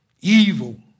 evil